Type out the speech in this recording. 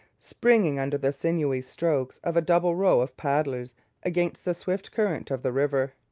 springing under the sinewy strokes of a double row of paddlers against the swift current of the river.